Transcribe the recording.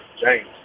James